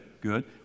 good